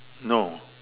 no